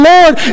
Lord